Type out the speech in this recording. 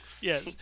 Yes